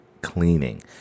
Cleaning